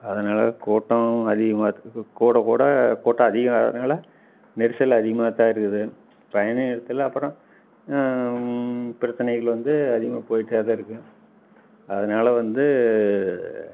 அதனால கூட்டம் அதிகமாக தான் கூட கூட கூட்டம் அதிகமாகிறதுனால நெரிசல் அதிகமாக தான் இருக்குது பயண நேரத்தில் அப்புறம் பிரச்சனைகளை வந்து அதிகமாக போயிகிட்டே தான் இருக்கு அதனால வந்து